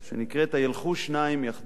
שנקראת: "הילכו שניים יחדיו",